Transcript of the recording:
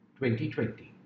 2020